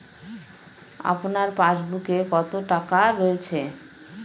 আপনার পাসবুকে কত টাকা রয়েছে?